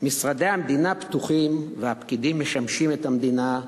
"משרדי המדינה פתוחים, והפקידים משמשים את המדינה,